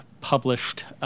published